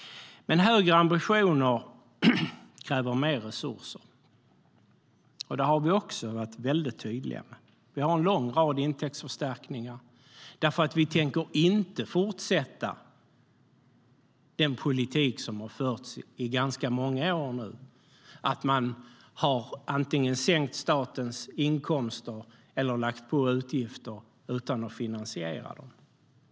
Högre ambitioner kräver dock mer resurser, och det har vi också varit tydliga med. Vi har en lång rad intäktsförstärkningar, för vi tänker inte fortsätta den politik som har förts i ganska många år där man antingen har sänkt statens inkomster eller lagt på utgifter utan att finansiera dem.